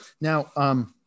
Now